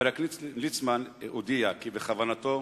חבר הכנסת ליצמן הודיע כי בכוונתו